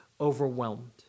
overwhelmed